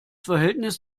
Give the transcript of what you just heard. verhältnis